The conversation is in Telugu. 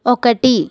ఒకటి